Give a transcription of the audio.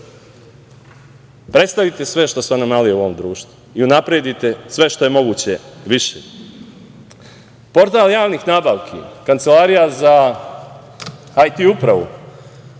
predstavite sve što su anomalije u ovom društvu i unapredite sve što je moguće više. Portal javnih nabavki, Kancelarija za IT upravu